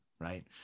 Right